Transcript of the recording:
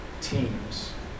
teams